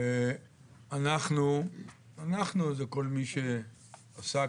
800 מטרים, שכונה של 1,200 יחידות ומרכז עסקים